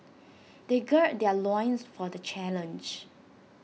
they gird their loins for the challenge